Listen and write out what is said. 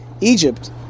Egypt